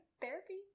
therapy